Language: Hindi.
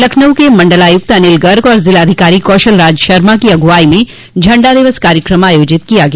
लखनऊ के मंडलायुक्त अनिल गर्ग और जिलाधिकारी कौशल राज शर्मा की अगुवाई में झंडा दिवस कार्यक्रम आयोजित किया गया